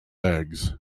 eggs